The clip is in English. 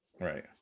Right